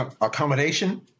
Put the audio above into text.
accommodation